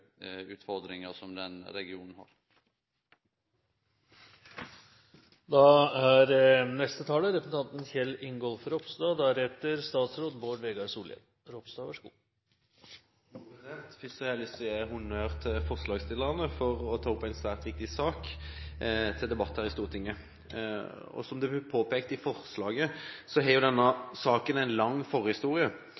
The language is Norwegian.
Først har jeg lyst til å gi honnør til forslagsstillerne for å ta opp en svært viktig sak til debatt her i Stortinget. Som det blir påpekt i forslaget, har denne